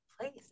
place